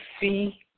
see